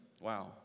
Wow